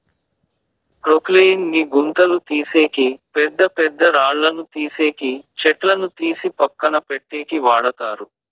క్రొక్లేయిన్ ని గుంతలు తీసేకి, పెద్ద పెద్ద రాళ్ళను తీసేకి, చెట్లను తీసి పక్కన పెట్టేకి వాడతారు